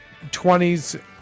20s